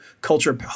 Culture